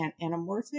anamorphic